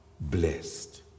blessed